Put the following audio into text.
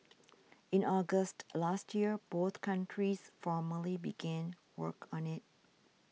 in August last year both countries formally began work on it